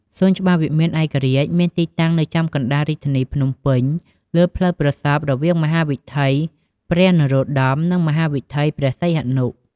សួនច្បារវិមានឯករាជ្យ មានទីតាំងនៅចំកណ្តាលរាជធានីភ្នំពេញ លើផ្លូវប្រសព្វរវាងមហាវិថីព្រះនរោត្តម និងមហាវិថីព្រះសីហនុ។